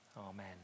amen